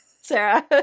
Sarah